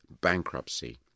bankruptcy